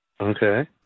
Okay